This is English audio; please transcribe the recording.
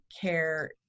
care